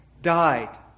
died